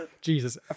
Jesus